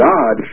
God